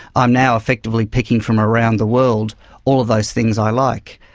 i'm now effectively picking from around the world all of those things i like.